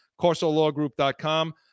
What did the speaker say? CorsoLawgroup.com